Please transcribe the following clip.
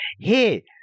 hey